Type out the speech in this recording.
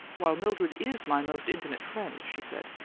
while mildred is my most intimate friend, she said,